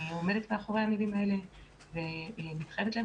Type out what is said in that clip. אני עומדת מאחורי המילים ומתחייבת להן.